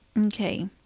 Okay